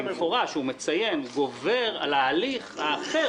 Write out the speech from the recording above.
במפורש הוא מציין על ההליך האחר